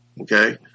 Okay